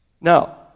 Now